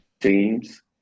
teams